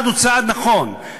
הצעד הוא צעד נכון.